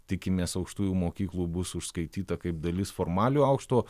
tikimės aukštųjų mokyklų bus užskaityta kaip dalis formaliojo aukšto